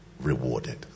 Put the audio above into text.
rewarded